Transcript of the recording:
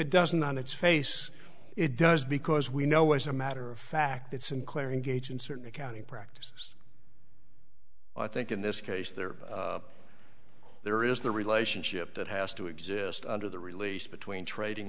it doesn't on its face it does because we know as a matter of fact that sinclair engage in certain accounting practices i think in this case there there is the relationship that has to exist under the release between trading